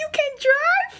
you can drive